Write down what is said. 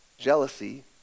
Jealousy